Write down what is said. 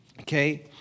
Okay